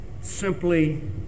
simply